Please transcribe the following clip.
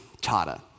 Tata